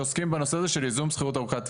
שעוסקים בנושא הזה של ייזום שכירות ארוכת טווח.